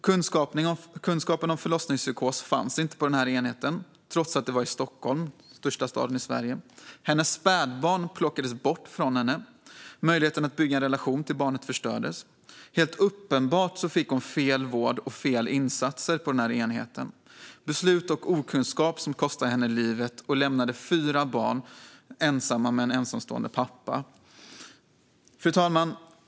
Kunskapen om förlossningspsykos fanns inte på den enheten, trots att det var i Stockholm, den största staden i Sverige. Hennes spädbarn plockades bort från henne. Möjligheten att bygga en relation till barnet förstördes. Helt uppenbart fick hon fel vård och fel insatser på den här enheten. Beslut och okunskap kostade henne livet och lämnade fyra barn ensamma med en ensamstående pappa. Fru talman!